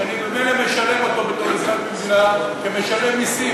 כשאני ממילא משלם אותו בתור אזרח במדינה כמשלם מסים?